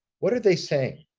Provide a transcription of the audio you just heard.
what are they saying?